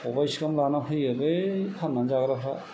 खबाइसे गाहाम लानानै फैयो बे फाननानै जाग्राफ्रा